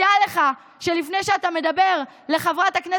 הזכות להיעדרות של חלקי ימים בשכר,